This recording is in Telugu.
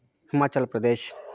హిమాచల్ ప్రదేశ్